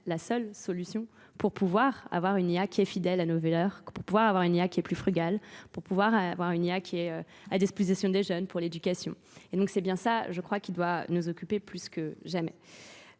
la seule solution pour pouvoir avoir une IA qui est fidèle à nos valeurs, pour pouvoir avoir une IA qui est plus frugale, pour pouvoir avoir une IA qui est à disposition des jeunes pour l'éducation. Et donc c'est bien ça, je crois, qui doit nous occuper plus que jamais.